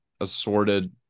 assorted